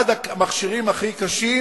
אחד המכשירים הכי קשים